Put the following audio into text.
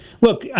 look